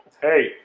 Hey